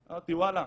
אמרתי, וואלה,